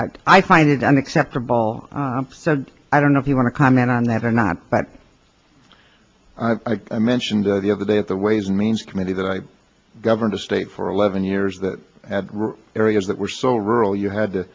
i find it unacceptable so i don't know if you want to comment on that or not but i mentioned the other day at the ways and means committee that i governed a state for eleven years that had areas that were so rural you had to